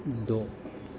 द'